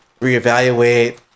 reevaluate